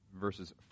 verses